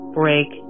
break